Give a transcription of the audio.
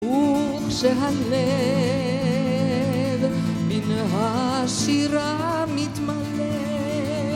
וכשהלב מן השירה מתמלא